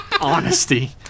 Honesty